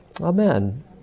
amen